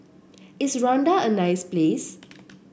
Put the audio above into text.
is Rwanda a nice place